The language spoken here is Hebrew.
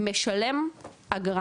משלם אגרה